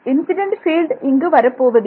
incident field இங்கு வரப்போவதில்லை